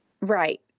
Right